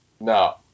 no